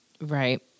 Right